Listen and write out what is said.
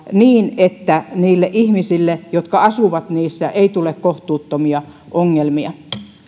niin että niille ihmisille jotka asuvat niissä ei tule kohtuuttomia ongelmia